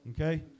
Okay